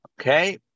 Okay